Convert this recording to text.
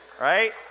right